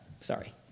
sorry